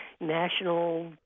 national